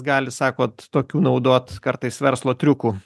gali sakote tokių naudot kartais verslo triukų